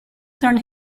turned